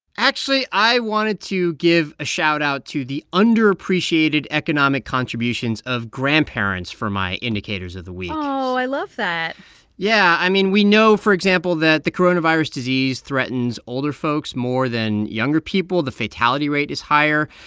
actually, i wanted to give a shoutout to the underappreciated economic contributions of grandparents for my indicators of the week oh, i love that yeah. i mean, we know, for example, that the coronavirus disease threatens older folks more than younger people. the fatality rate is higher,